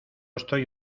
estoy